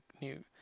new